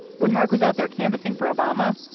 when mark was out there canvassing for obama,